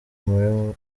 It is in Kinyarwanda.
muri